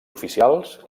oficials